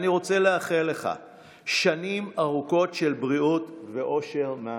אני רוצה לאחל לך שנים ארוכות של בריאות ואושר מהמשפחה.